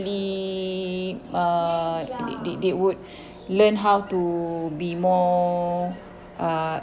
uh they they they would learn how to be more uh